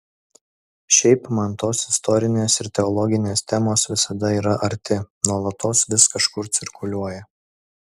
šiaip man tos istorinės ir teologinės temos visada yra arti nuolatos vis kažkur cirkuliuoja